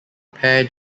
pair